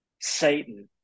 Satan